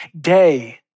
day